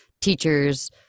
teachers